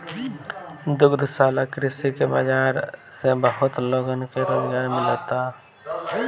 दुग्धशाला कृषि के बाजार से बहुत लोगन के रोजगार मिलता